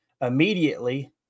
immediately